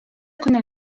كنا